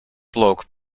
bloke